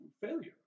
failure